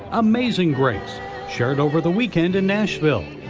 amazing grace shared over the weekend in nashville.